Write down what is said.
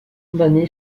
condamné